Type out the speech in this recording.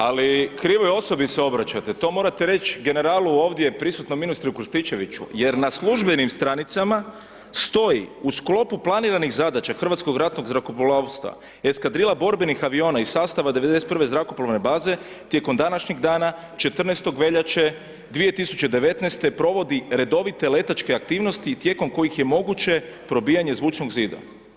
Ali krivoj osobi se obraćate, to morate generalu ovdje prisutnom ministru Krstičeviću jer na službenim stranicama stoji u sklopu planiranih zadaća Hrvatskog ratnog zrakoplovstva, eskadrila borbenih aviona iz sastava 91. zrakoplovne baze, tijekom današnjeg dana, 14. veljače 2019. provodi redovite letačke aktivnosti tijekom kojih je moguće probijanje zvučnog zida.